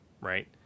right